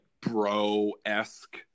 bro-esque